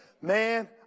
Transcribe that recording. Man